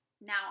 now